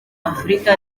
afurika